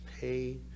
pay